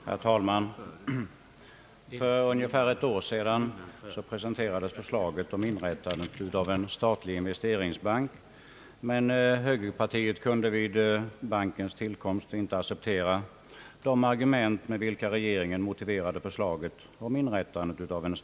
Herr talman! För ungefär ett år sedan presenterades förslaget om inrättandet av en statlig investeringsbank, men högerpartiet kunde vid bankens tillkomst inte acceptera de argument med vilka regeringen motiverade förslaget.